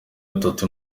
gatatu